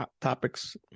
topics